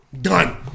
Done